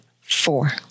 Four